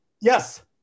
yes